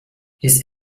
his